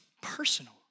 personal